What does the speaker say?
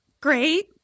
Great